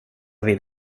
vid